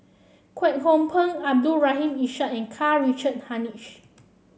Kwek Hong Png Abdul Rahim Ishak and Karl Richard Hanitsch